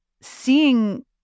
seeing